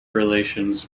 relations